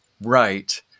right